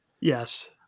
Yes